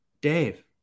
Dave